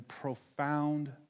profound